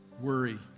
worry